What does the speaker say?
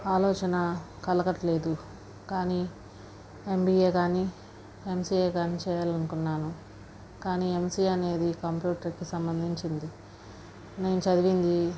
ఆలోచన కలగట్లేదు కానీ ఎంబీఏ గానీ ఎంసీఏ గానీ చేయాలనుకున్నాను కానీ ఎంసీఏ అనేది కంప్యూటర్కి సంబంధించింది నేను చదివింది